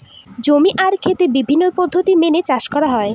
জমি আর খেত বিভিন্ন পদ্ধতি মেনে চাষ করা হয়